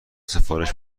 سفارش